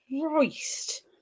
Christ